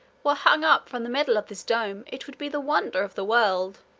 were hung up from the middle of this dome, it would be the wonder of the world.